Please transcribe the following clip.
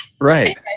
right